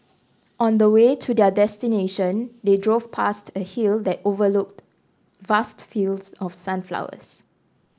on the way to their destination they drove past a hill that overlooked vast fields of sunflowers